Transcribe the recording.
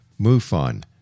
MUFON